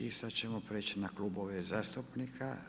I sada ćemo preći na klubove zastupnika.